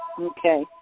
Okay